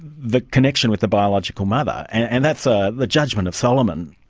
the connection with the biological mother? and that's ah the judgement of solomon,